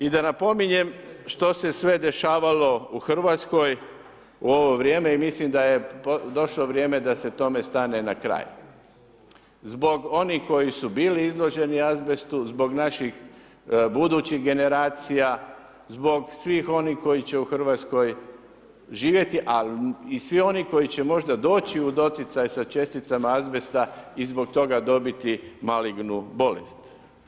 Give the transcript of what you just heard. I da napominjem što se sve dešavalo u Hrvatskoj u ovo vrijeme i mislim da je došlo vrijeme da se tome stane na kraj zbog onih koji su bili izloženi azbestu, zbog naših budućih generacija, zbog svih onih koji će u Hrvatskoj živjeti, ali i svi oni koji će možda doći u doticaj sa česticama azbesta i zbog toga dobiti malignu bolest.